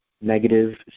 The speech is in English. negative